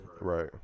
Right